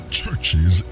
churches